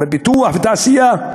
בפיתוח ובתעשייה,